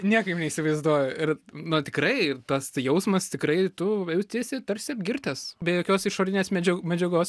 niekaip neįsivaizduoju ir na tikrai tas jausmas tikrai tu jautiesi tarsi apgirtęs be jokios išorinės medžia medžiagos